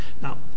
Now